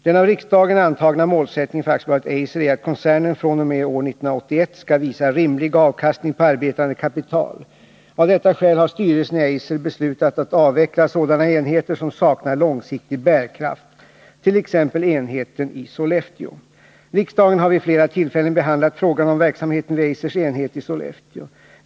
Den av riksdagen antagna målsättningen för AB Eiser är att koncernen fr.o.m. år 1981 skall visa rimlig avkastning på arbetande kapital. Av detta skäl har styrelsen i Eiser beslutat att avveckla sådana enheter som saknar långsiktig bärkraft, t.ex. enheten i Sollefteå. Riksdagen har vid flera tillfällen behandlat frågan om verksamheten vid Eisers enhet i Sollefteå.